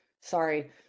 Sorry